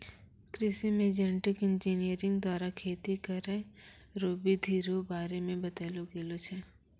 कृषि मे genetic engineer द्वारा खेती करै रो बिधि रो बारे मे बतैलो गेलो छै